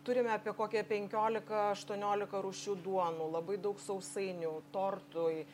turime apie kokią penkiolika aštuoniolika rūšių duonų labai daug sausainių tortui